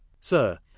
Sir